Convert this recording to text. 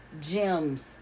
gems